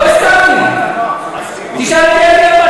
לא הסכמתי, תשאל את יעל גרמן.